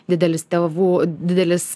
didelis tėvų didelis